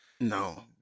No